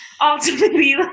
ultimately